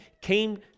came